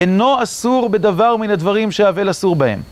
אינו אסור בדבר מן הדברים שאבל אסור בהם.